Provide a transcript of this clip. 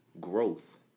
growth